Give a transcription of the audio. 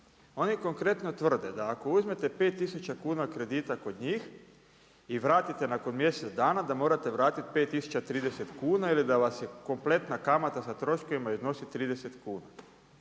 Oni konkretno tvrde da ako uzmete 5000 kuna kredita kod njih i vratite nakon mjesec dana, da morate vratiti 5030 kuna ili da vas je kompletna kamata sa troškovima iznosi 30 kuna.